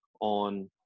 on